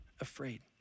afraid